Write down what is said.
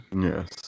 Yes